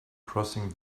crossing